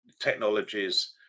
technologies